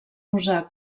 usar